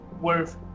worth